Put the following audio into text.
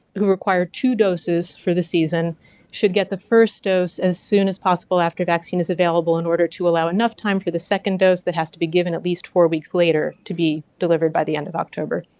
require two doses for the season should get the first dose as soon as possible after vaccine is available in order to allow enough time for the second dose that has to be given at least four weeks later to be delivered by the end of october.